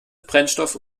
brennstoff